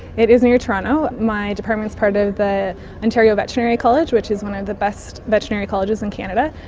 it is near toronto. my department is part of the ontario veterinary college which is one of the best veterinary colleges in canada,